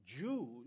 Jews